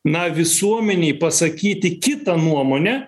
na visuomenei pasakyti kitą nuomonę